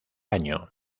año